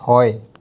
হয়